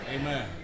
Amen